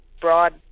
broad